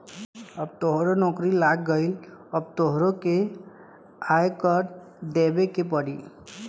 अब तोहरो नौकरी लाग गइल अब तोहरो के आय कर देबे के पड़ी